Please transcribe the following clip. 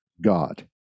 God